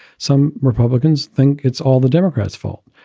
some republicans think it's all the democrats fault.